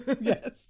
Yes